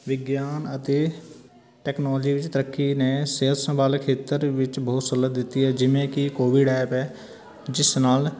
ਵਿਗਿਆਨ ਅਤੇ ਟੈਕਨੋਲਜੀ ਵਿੱਚ ਤਰੱਕੀ ਨੇ ਸਿਹਤ ਸੰਭਾਲ ਖੇਤਰ ਵਿੱਚ ਬਹੁਤ ਸਹੂਲਤ ਦਿੱਤੀ ਹੈ ਜਿਵੇਂ ਕਿ ਕੋਵਿਡ ਐਪ ਹੈ ਜਿਸ ਨਾਲ